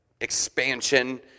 expansion